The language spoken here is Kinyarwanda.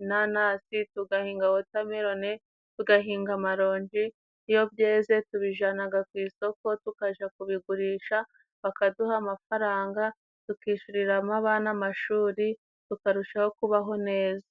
inanasi, tugahinga wotameloni, tugahinga amaronji iyo byeze tubijyanaga ku isoko, tukaja kubigurisha bakaduha amafaranga tukishyuriramo abana n'amashuri tukarushaho kubaho neza.